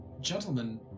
Gentlemen